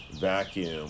vacuum